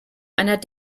einer